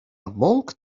monk